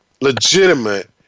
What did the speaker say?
legitimate